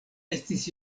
estis